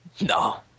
No